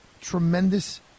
tremendous